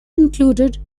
included